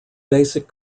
basic